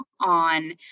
on